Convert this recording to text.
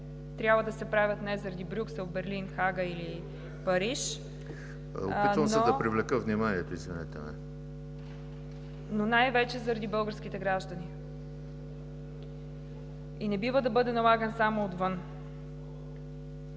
трябва да се правят не заради Брюксел, Берлин, Хага или Париж, но най-вече заради българските граждани и не бива да бъде налаган само отвън.